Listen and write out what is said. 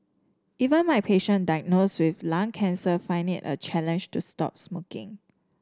even my patient diagnosed with lung cancer find it a challenge to stop smoking